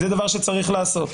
זה דבר שצריך לעשות.